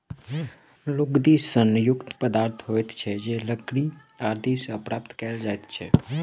लुगदी सन युक्त पदार्थ होइत छै जे लकड़ी आदि सॅ प्राप्त कयल जाइत छै